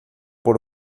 por